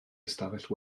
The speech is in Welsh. ystafell